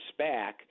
SPAC